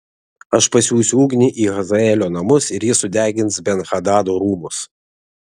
aš pasiųsiu ugnį į hazaelio namus ir ji sudegins ben hadado rūmus